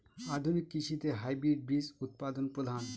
আধুনিক কৃষিতে হাইব্রিড বীজ উৎপাদন প্রধান